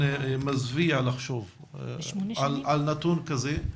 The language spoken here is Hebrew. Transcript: מזוויע לחשוב על נתון כזה.